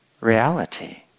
Reality